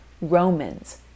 Romans